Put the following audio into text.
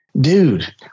dude